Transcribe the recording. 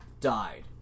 died